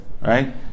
right